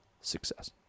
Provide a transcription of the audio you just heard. success